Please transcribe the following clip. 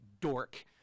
dork